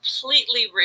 completely